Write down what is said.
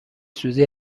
سوزی